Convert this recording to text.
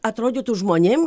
atrodytų žmonėm